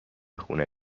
خونه